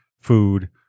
food